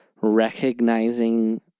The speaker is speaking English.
recognizing